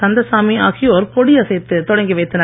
கந்தசாமி ஆகியோர் கொடியசைத்து தொடங்கி வைத்தனர்